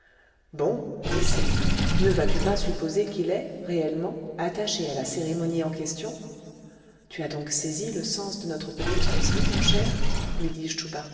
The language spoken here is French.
bon dit c ne vas-tu pas supposer qu'il est réellement attaché à la cérémonie en question tu as donc saisi le sens de notre petite causerie mon cher lui